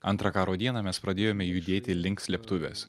antrą karo dieną mes pradėjome judėti link slėptuvės